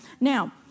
Now